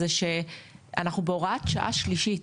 שאנחנו בהוראת שעה שלישית.